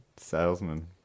salesman